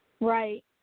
Right